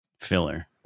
filler